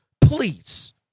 Please